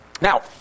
Now